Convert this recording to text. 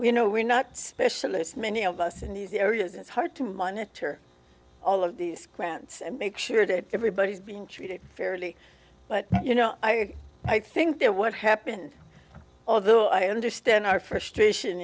you know we're not specialists many of us in these areas it's hard to monitor all of these grants and make sure that everybody is being treated fairly but you know i i think that what happened although i understand our frustration